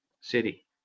city